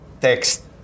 text